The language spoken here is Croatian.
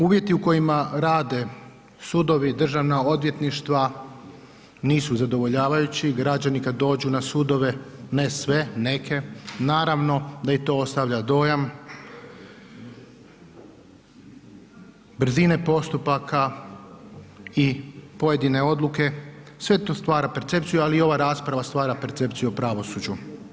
Uvjeti u kojima rade sudovi, državna odvjetništva nisu zadovoljavajući, građani kada dođu na sudove, ne sve, neke naravno da i to ostavlja dojam brzine postupaka i pojedine odluke, sve to stvara percepciju ali i ova rasprava stvara percepciju o pravosuđu.